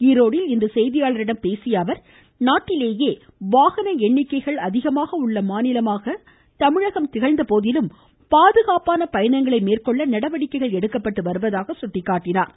ஈரோடில் இன்று செய்தியாளர்களிடம் பேசிய அவர் நாட்டிலேயே வாகன எண்ணிக்கை அதிகம் உள்ள மாநிலமாக தமிழகம் திகழ்ந்த போதிலும் பாதுகாப்பான பயணங்களை மேற்கொள்ள நடவடிக்கை எடுக்கப்பட்டு வருவதாக கூறினார்